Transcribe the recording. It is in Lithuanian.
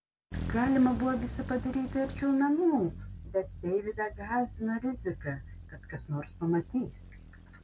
galima buvo visa padaryti arčiau namų bet deividą gąsdino rizika kad kas nors pamatys